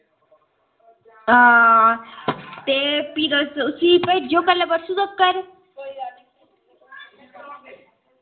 हां ते फ्ही तुस उसी भेजेओ कल्लै परसुं तकर